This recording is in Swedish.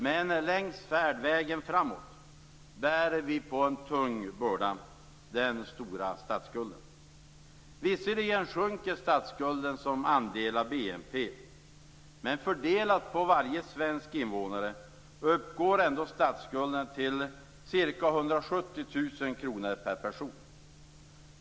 Men längs färdvägen framåt bär vi på en tung börda, den stora statsskulden. Visserligen sjunker statsskulden som andel av BNP. Men fördelat på varje svensk invånare uppgår ändå statsskulden till ca 170 000 kr per person.